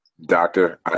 doctor